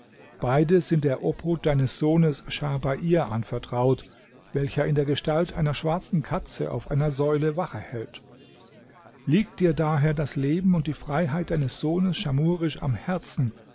beide sind der obhut deines sohnes schah bair anvertraut welcher in der gestalt einer schwarzen katze auf einer säule wache hält liegt dir daher das leben und die freiheit deines sohnes schamhurisch am herzen